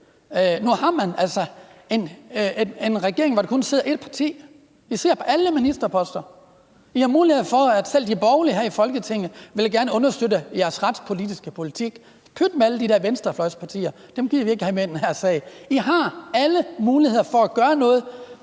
Nu har vi en regering, hvor der kun sidder ét parti, som sidder på alle ministerposterne. I har mulighed for det, selv de borgerlige her i Folketinget vil gerne understøtte jeres retspolitiske politik. Pyt med alle de der venstrefløjspartier, dem gider vi ikke have med i den her sag. I har alle muligheder for at gøre noget,